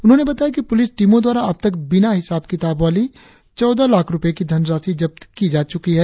उन्होंने बताया कि पुलिस टीमों द्वारा अब तक बिना हिसाब किताब वाली चौदह लाख रुपए की धन राशि जब्त की जा चुकी है